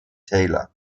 taylor